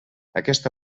aquesta